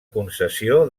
concessió